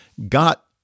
Got